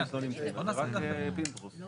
נמצא חבר הכנסת יצחק פינדרוס שגם